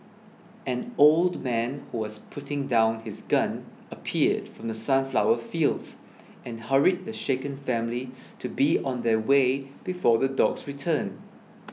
an old man who was putting down his gun appeared from the sunflower fields and hurried the shaken family to be on their way before the dogs return